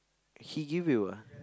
he give you ah